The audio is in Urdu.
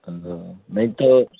تو نہیں تو